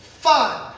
fun